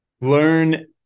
learn